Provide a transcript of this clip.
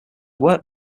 work